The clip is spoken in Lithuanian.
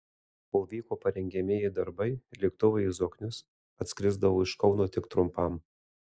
kol vyko parengiamieji darbai lėktuvai į zoknius atskrisdavo iš kauno tik trumpam